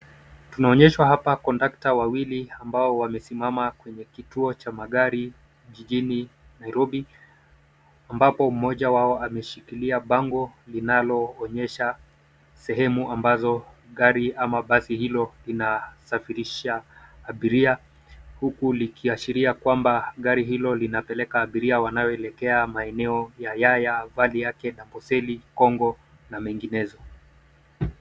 Tunaonyeshwa hapa kondukta wawili ambao wamesimama kwenye kituo cha magari jijini Nairobi, ambapo mmoja wao ameshikilia bango linaloonyesha sehemu ambazo gari ama basi hilo inasafirisha abiria, huku likiashiria kwamba gari hilo linapeleka abiria wanaoelekea maeneo ya Yaya, Valley Arcade, Amboseli, Congo na menginezo.